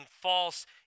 false